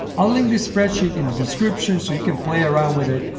i'll link this spreadsheet in the description so you can play around with it.